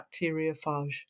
bacteriophage